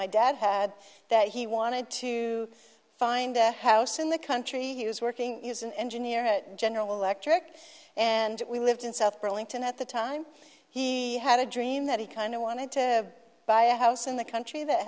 my dad had that he wanted to find a house in the country he was working as an engineer at general electric and we lived in south burlington at the time he had a dream that he kind of wanted to buy a house in the country that